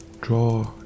draw